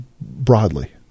broadly